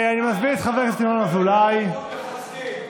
אני מזמין את חבר הכנסת ינון אזולאי להתנגד להצעת החוק.